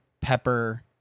pepper